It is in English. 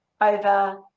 over